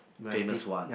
famous one